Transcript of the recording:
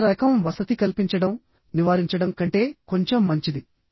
ఇతర రకం వసతి కల్పించడం నివారించడం కంటే కొంచెం మంచిది